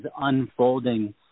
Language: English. unfolding